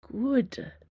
good